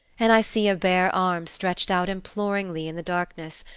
and i see a bare arm stretched out imploringly in the darkness,